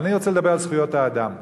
אבל אני רוצה לדבר על זכויות האדם.